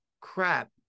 crap